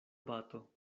bato